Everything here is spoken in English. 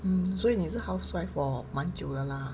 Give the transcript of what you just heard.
mm 所以你是 housewife for 蛮久了啦